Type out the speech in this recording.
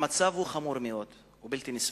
המצב חמור מאוד, הוא בלתי נסבל.